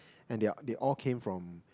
and they are they all came from